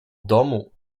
domu